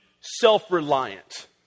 self-reliant